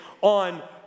on